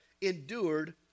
endured